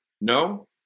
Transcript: No